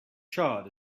charred